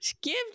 give